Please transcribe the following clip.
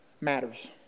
matters